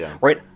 right